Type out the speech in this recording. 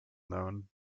known